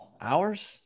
Hours